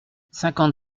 cinquante